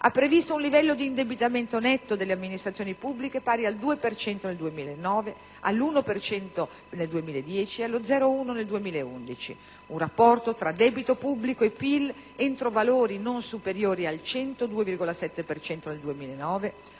ha previsto un livello di indebitamento netto delle amministrazioni pubbliche pari al 2 per cento nel 2009, all'1 per cento nel 2010, e allo 0,1 per cento nel 2011; un rapporto tra debito pubblico e PIL entro valori non superiori al 102,7 per cento